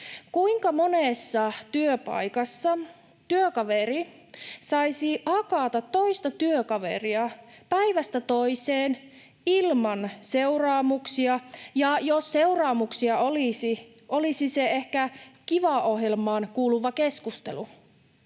Kuinka monessa työpaikassa työkaveri saisi hakata toista työkaveria päivästä toiseen ilman seuraamuksia, ja jos seuraamuksia olisi, olisi se ehkä Kiva-ohjelmaan kuuluva keskustelu?